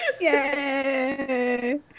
Yay